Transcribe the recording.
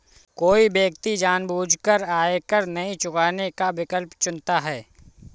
कोई व्यक्ति जानबूझकर आयकर नहीं चुकाने का विकल्प चुनता है